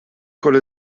konnte